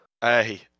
hey